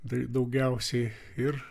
tai daugiausiai ir